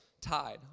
tied